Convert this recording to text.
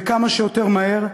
וכמה שיותר מהר.